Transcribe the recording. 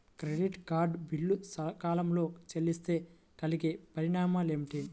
Credit card bill సకాలంలో చెల్లిస్తే కలిగే పరిణామాలేమిటి?